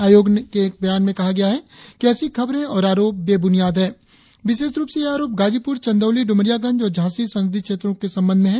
आयोग ने एक बयान में कहा है कि ऐसी खबरें और आरोप बेब्रनियाद हैं विशेष रुप से ये आरोप गाजीपुर चंदौली डुमरियागंज और झांसी संसदीय क्षेत्रों के संबंध में है